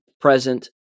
present